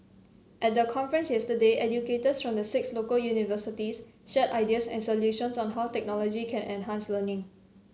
at the conference yesterday educators from the six local universities shared ideas and solutions on how technology can enhance learning